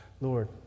Lord